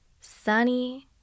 sunny